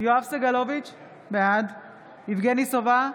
יואב סגלוביץ' בעד יבגני סובה,